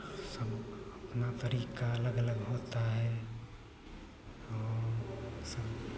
ह सम अपना तरीका अलग अलग होता है और सब